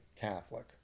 Catholic